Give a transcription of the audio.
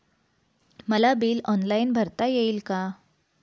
मला bill online भरता येईल का?